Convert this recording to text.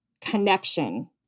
connection